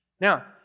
Now